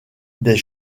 des